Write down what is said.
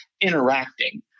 interacting